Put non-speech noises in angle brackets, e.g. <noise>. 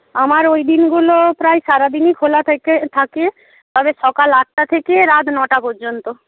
আমার ওই দিনগুলো প্রায় সারা দিনই খোলা <unintelligible> থাকে তবে সকাল আটটা থেকে রাত নটা পর্যন্ত